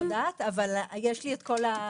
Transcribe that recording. אני לא יודעת, אבל יש לי את כל הפרטים.